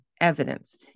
evidence